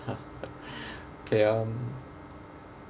okay um